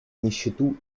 нищету